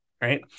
Right